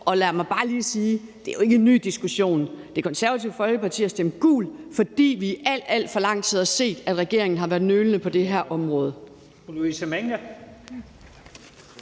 og lad mig bare lige sige, at det er jo ikke er en ny diskussion. Det Konservative Folkeparti har stemt gult, fordi vi i alt, alt for lang tid har set, at regeringen har været nølende på det her område.